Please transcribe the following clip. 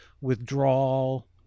withdrawal